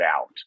out